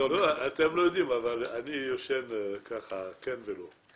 אתם לא יודעים, אבל אני ישן כך: קצת כן וקצת לא,